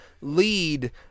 lead